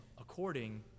according